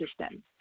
system